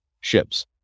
ships